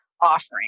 offering